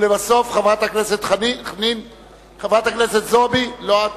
לבסוף, חברת הכנסת חנין זועבי לא אני.